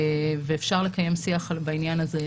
ואפשר לקיים שיח אתנו בעניין הזה.